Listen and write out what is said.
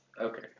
Okay